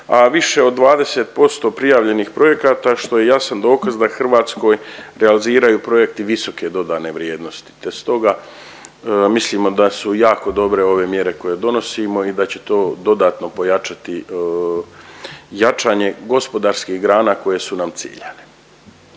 a više od 20% prijavljenih projekata, što je jasan dokaz da Hrvatskoj realiziraju projekti visoke dodane vrijednosti te stoga mislimo da su jako dobre ove mjere koje donosimo i da će to dodatno pojačati jačanje gospodarskih grana koje su nam ciljane.